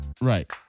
Right